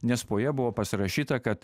nes po ja buvo pasirašyta kad